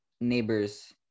neighbors